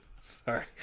sorry